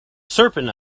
serpent